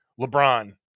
LeBron